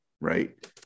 right